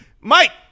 Mike